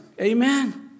Amen